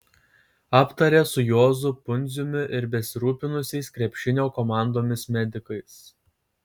aptarė su juozu pundziumi ir besirūpinusiais krepšinio komandomis medikais